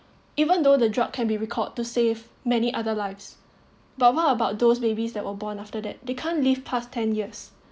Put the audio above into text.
even though the drug can be record to save many other lives but what about those babies that were born after that they can't live past ten years